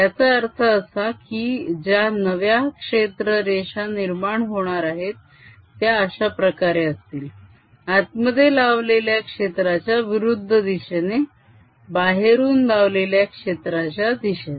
त्याचा अर्थ असा की ज्या नव्या क्षेत्र रेषा निर्माण होणार आहेत त्या अशा प्रकारे असतील आतमध्ये लावलेल्या क्षेत्राच्या विरुद्ध दिशेने बाहेरून लावलेल्या क्षेत्राच्या दिशेत